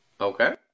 Okay